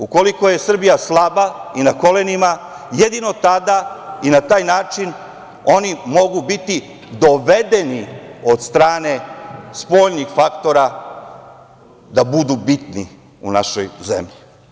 Ukoliko je Srbija slaba i na kolenima, jedino tada i na taj način oni mogu biti dovedeni od strane spoljnih faktora da budu bitni u našoj zemlji.